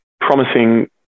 promising